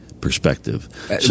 perspective